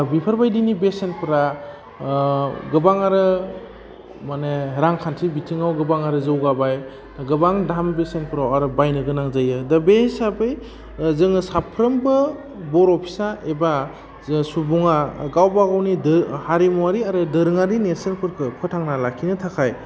बेफोरबायदिनि बेसेनफ्रा गोबां आरो माने रांखान्थि बिथिङाव गोबां आरो जौगाबाय गोबां दाम बेसेनफ्राव आरो बायनो गोनां जायो दा बे हिसाबै जोङो साफ्रोमबो बर' फिसा एबा जे सुबुङा गावबागावनि हारिमुवारि आरो दोरोङारि नेरसोनफोरखो फोथांना लाखिनो थाखाय